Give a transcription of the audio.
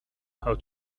how